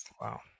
Wow